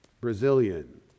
Brazilian